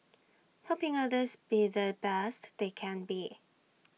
helping others be the best they can be